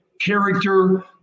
character